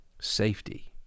safety